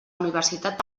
universitat